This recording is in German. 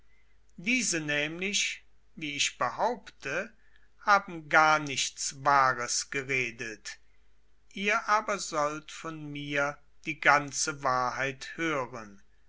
diese nämlich wie ich behaupte haben gar nichts wahres geredet ihr aber sollt von mir die ganze wahrheit hören